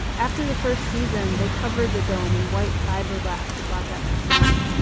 after the first season, they covered the dome in white fiberglass to block out the sun.